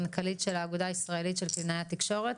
המנכ"לית של האגודה הישראלית של קלינאי התקשורת,